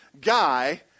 guy